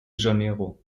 janeiro